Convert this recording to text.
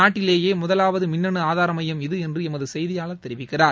நாட்டிலேயே முதலாவது மின்னணு ஆதார மையம் இது என்று எமது செய்தியாளர் தெரிவிக்கிறார்